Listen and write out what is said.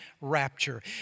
rapture